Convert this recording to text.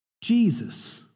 Jesus